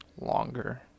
longer